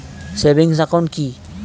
Savings account কি?